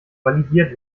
validiert